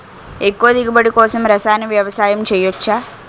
ఎక్కువ దిగుబడి కోసం రసాయన వ్యవసాయం చేయచ్చ?